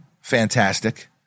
fantastic